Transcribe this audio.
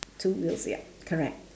two wheels ya correct